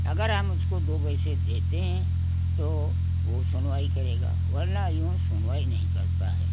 अगर हम उसको दो पैसे देते हैं तो वो सुनवाई करेगा वरना यूँ सुनवाई नहीं करता है